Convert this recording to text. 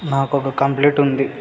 నాకొక కంప్లైంట్ ఉంది